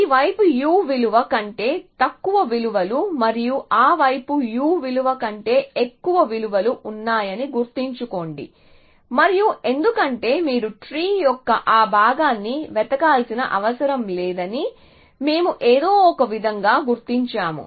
ఈ వైపు u విలువ కంటే తక్కువ విలువలు మరియు ఆ వైపు u విలువ కంటే ఎక్కువ విలువలు ఉన్నాయని గుర్తుంచుకోండి మరియు ఎందుకంటే మీరు ట్రీ యొక్క ఆ భాగాన్ని వెతకాల్సిన అవసరం లేదని మేము ఏదో ఒకవిధంగా గుర్తించాము